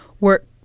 work